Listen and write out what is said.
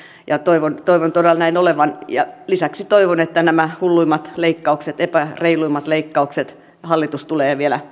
ja toivon toivon todella näin olevan ja lisäksi toivon että nämä hulluimmat leikkaukset epäreiluimmat leikkaukset hallitus tulee vielä